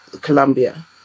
Colombia